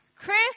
Chris